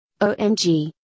omg